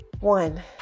one